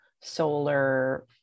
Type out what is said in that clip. solar